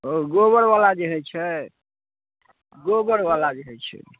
ओ गोबर बला जे होइत छै गोबर बला जे होइत छै